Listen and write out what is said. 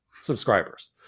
subscribers